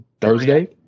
Thursday